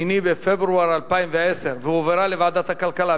8 בפברואר 2010, והועברה לוועדת הכלכלה.